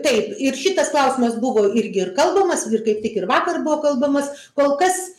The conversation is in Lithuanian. taip ir šitas klausimas buvo irgi ir kalbamas ir kaip tik ir vakar buvo kalbamas kol kas